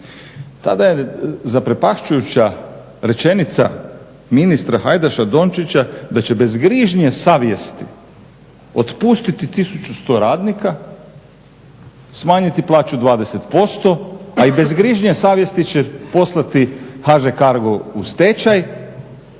tada je zaprepašćujuća rečenica ministra Hajdaša-Dončića da će bez grižnje savjesti otpustiti 1100 radnika, smanjiti plaću 20% a i bez grižnje savjesti će poslati HŽ Cargo u stečaj.